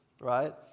right